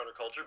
counterculture